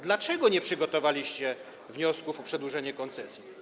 Dlaczego nie przygotowaliście wniosków o przedłużenie koncesji?